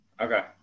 Okay